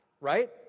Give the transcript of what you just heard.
right